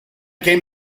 came